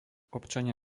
občania